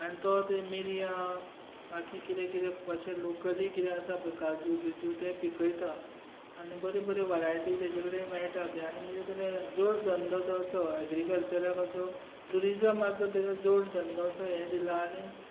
आनी तो थंय मिरयां बाकी कितें कितें अशें लोकली किदें आसा पळय काजू बिजू ते पिकयता आनी बऱ्यो बऱ्यो वरायटी तेजे कडेन मेळटात आनी म्हणजे ताणे जोड धंदो तो असो एग्रीकल्चराक असो ट्युरिजमाचो ताणे जोड धंदो असो हें दिलां आनी